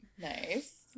nice